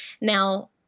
Now